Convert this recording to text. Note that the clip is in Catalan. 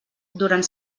durant